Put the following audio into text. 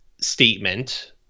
statement